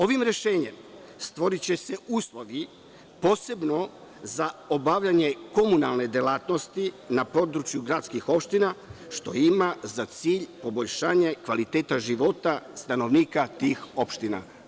Ovim rešenjem stvoriće se uslovi posebno za obavljanje komunalne delatnosti na području gradskih opština, što ima za cilj poboljšanje kvaliteta života stanovnika tih opština.